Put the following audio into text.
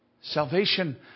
Salvation